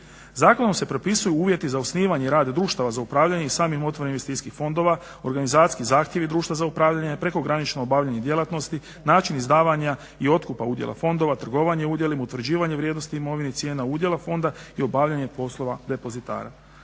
Zakonom se propisuju uvjeti za osnivanje i rad društava za upravljanje i samih investicijskih fondova organizacijski zahtjevi društva za upravljanje, prekogranično obavljanje djelatnosti, način izdavanja i otkupa udjela fondova, trgovanje udjelima, utvrđivanje vrijednosti imovine i cijena udjela fonda i obavljanje poslova depozitara.